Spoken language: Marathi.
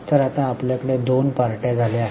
तर आता आपल्याकडे दोन पार्ट्या झाल्या आहेत